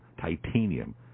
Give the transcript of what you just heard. titanium